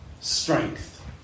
strength